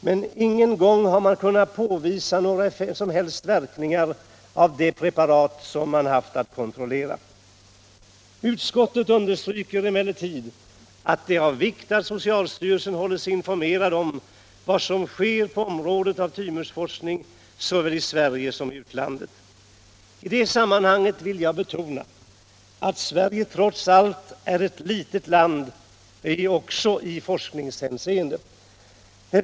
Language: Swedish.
Men ingen gång har man kunnat påvisa några som helst verkningar av det preparat man haft att kontrollera. Utskottet understryker emellertid att det är av vikt att socialstyrelsen håller sig informerad om vad som sker inom tymusforskning såväl i Sverige som i utlandet. I det sammanhanget vill jag betona att Sverige trots allt är ett litet land också i forskningshänseende.